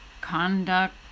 conduct